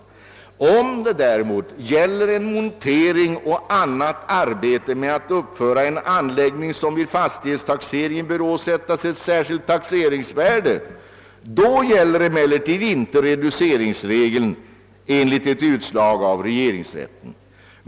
Gäller det däremot montering och annat arbete med att uppföra en anläggning, som vid fastighetstaxeringen bör åsättas särskilt taxeringsvärde, gäller inte reduceringsregeln enligt ett utslag av regeringsrätten.